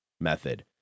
method